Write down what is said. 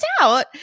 out